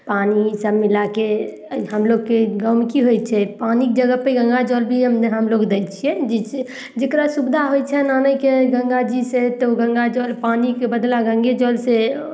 पानि सभ मिलाके हमलोगके गाँवमे कि होइ छै पानिके जगहपर गङ्गाजल भी हम हमलोग दै छियै जैसे जेकरा सुविधा होइ छनि आनयके गङ्गा जी से तऽ उ गङ्गाजल पानिके बदला गङ्गेजलसँ